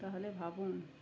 তাহলে ভাবুন